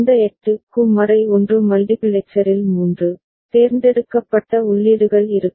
இந்த 8 க்கு 1 மல்டிபிளெக்சரில் 3 தேர்ந்தெடுக்கப்பட்ட உள்ளீடுகள் இருக்கும்